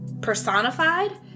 personified